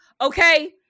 okay